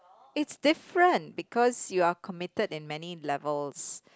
it's different because you are committed in many levels